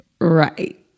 Right